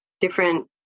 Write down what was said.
different